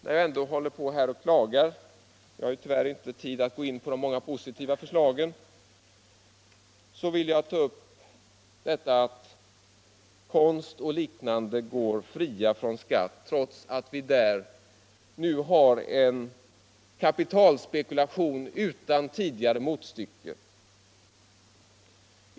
När jag ändå håller på att klaga här — jag har tyvärr inte tid att gå in på de många positiva förslagen — vill jag ta upp det förhållandet, att konst och liknande värden går fria från skatt trots att vi där nu har en kapitalspekulation utan tidigare motstycke.